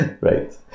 Right